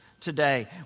Today